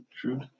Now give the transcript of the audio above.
True